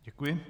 Děkuji.